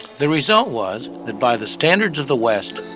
the result was that by the standards of the west,